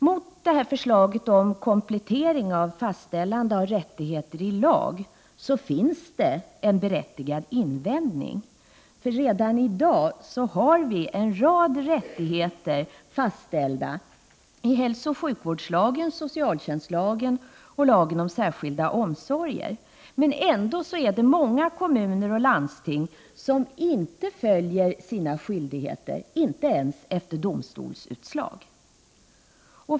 Mot förslaget om komplettering och fastställande av rättigheter i lag finns det en berättigad invändning. Redan i dag har vi en rad rättigheter fastställda i hälsooch sjukvårdslagen, socialtjänstlagen och lagen om särskilda omsorger. Ändå är det många kommuner och landsting som inte fullgör sina skyldigheter, inte ens efter domstolsutslag.